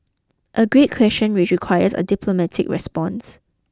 a great question which requires a diplomatic response